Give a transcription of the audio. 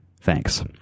Thanks